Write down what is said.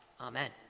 Amen